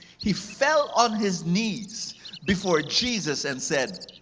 he fell on his knees before jesus and said,